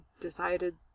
decided